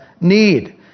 need